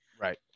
Right